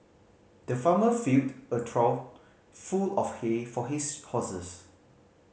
the farmer filled a trough full of hay for his horses